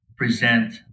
Present